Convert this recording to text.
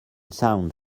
sound